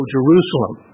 Jerusalem